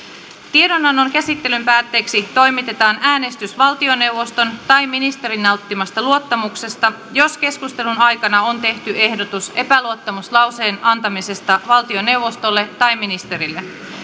tiedonannon käsittelyn päätteeksi toimitetaan äänestys valtioneuvoston tai ministerin nauttimasta luottamuksesta jos keskustelun aikana on tehty ehdotus epäluottamuslauseen antamisesta valtioneuvostolle tai ministerille